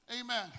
amen